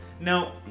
Now